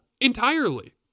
entirely